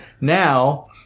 now